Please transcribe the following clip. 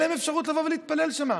אין להם אפשרות לבוא להתפלל שם.